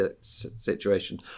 situation